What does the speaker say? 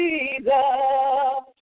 Jesus